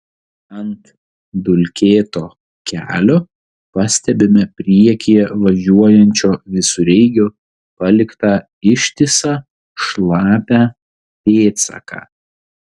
ant dulkėto kelio pastebime priekyje važiuojančio visureigio paliktą ištisą šlapią pėdsaką